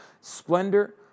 Splendor